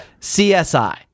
CSI